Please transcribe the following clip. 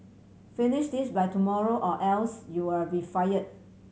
finish this by tomorrow or else you'll be fire